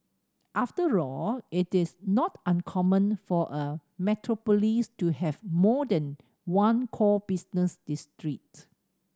after all it is not uncommon for a metropolis to have more than one core business district